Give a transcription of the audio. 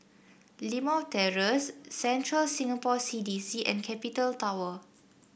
Limau Terrace Central Singapore CDC and Capital Tower